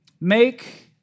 Make